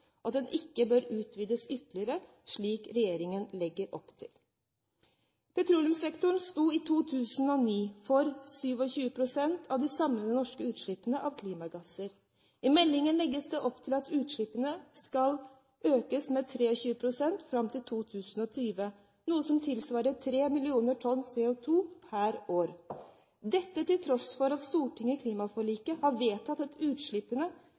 at den ikke bør utvides ytterligere, slik regjeringen legger opp til. Petroleumssektoren stod i 2009 for 27 pst. av de samlede norske utslippene av klimagasser. I meldingen legges det opp til at utslippene skal øke med 23 pst. fram til 2020, noe som tilsvarer 3 mill. tonn CO2 per år – dette til tross for at Stortinget i klimaforliket har vedtatt at utslippene